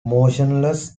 motionless